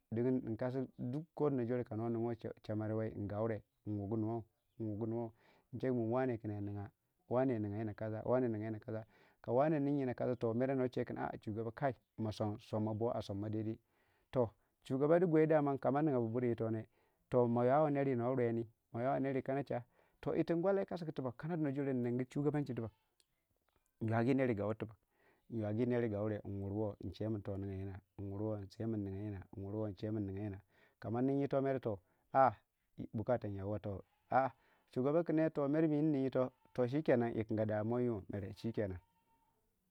Dingin nkasi kana dono jore kana nin we chamere ngaure nwugu nuwau nwagunuwau nchemin wane kin yai ninga yinna kasa wane ninga yinna asa ka wane ninyinna kasa too mere shugaba kai somma boo a somma daidai too shugaba du gwi daman kama ningbu buri yiitone too ma yowei ner wu no reini ma yowei ner wuyi kana cha to yir tum gwalle yi kasgu tubag ana don jore nningu shugabanshi tibag nyogi ner wu gauyre tibag nyogi ner wu gaure nwurwoo nche min ninga yiina nwurwoo nche min ninga yiina nwurwoo nchemin ninga yiina kama nin yiito mere toh pa bukata yauwa too a'a shugaba kin yee toh mere mi nnin yiito too chikenen yiikinga damuwa yii mo.